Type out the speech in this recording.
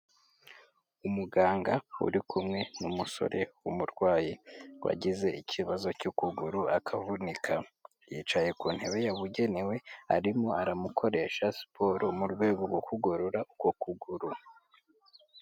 Umuganga uri kumwe n'umusore w'umurwayi, wagize ikibazo cy'ukuguru akavunika, yicaye ku ntebe yabugenewe, arimo aramukoresha siporo mu rwego rwo kugorora uko kuguru.